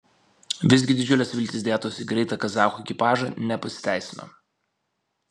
visgi didžiulės viltys dėtos į greitą kazachų ekipažą nepasiteisino